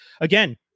Again